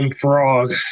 Frog